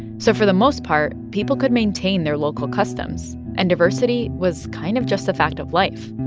so for the most part people could maintain their local customs, and diversity was kind of just a fact of life.